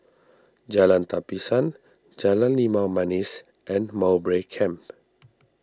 Jalan Tapisan Jalan Limau Manis and Mowbray Camp